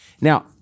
Now